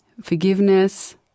forgiveness